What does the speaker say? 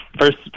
first